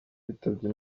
bitabye